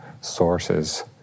sources